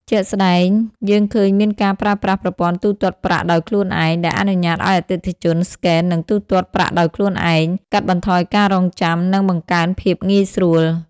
ជាក់ស្តែង យើងឃើញមានការប្រើប្រាស់ប្រព័ន្ធទូទាត់ប្រាក់ដោយខ្លួនឯង ដែលអនុញ្ញាតឲ្យអតិថិជនស្កេន និងទូទាត់ប្រាក់ដោយខ្លួនឯង កាត់បន្ថយការរង់ចាំ និងបង្កើនភាពងាយស្រួល។